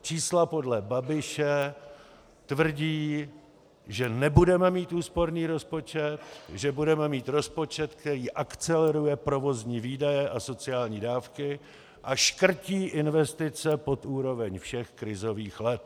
Čísla podle Babiše tvrdí, že nebudeme mít úsporný rozpočet, že budeme mít rozpočet, který akceleruje provozní výdaje a sociální dávky a škrtí investice pod úroveň všech krizových let.